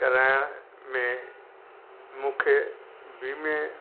कराइण में मूंखे वीमे